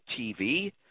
TV